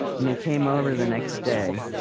and they came over the next day,